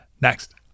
next